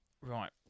right